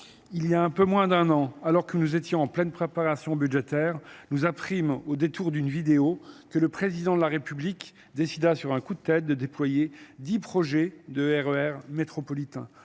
il y a un peu moins d'un an, alors que nous étions en pleine préparation budgétaire nous apprîmes au détour d'une vidéo que le président de la république décida sur un coup de tate de dployer dix projets de e r métropolitains